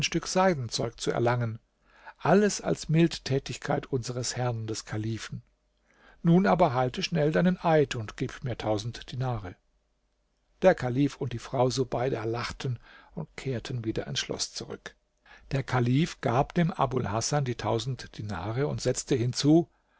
seidenzeug zu erlangen alles als mildtätigkeit unseres herrn des kalifen nun aber halte schnell deinen eid und gib mir tausend dinare der kalif und die frau subeida lachten und kehrten wieder ins schloß zurück der kalif gab dem abul hasan die tausend dinare und setzte hinzu